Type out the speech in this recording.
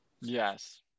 Yes